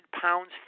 pounds